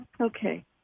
Okay